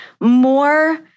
More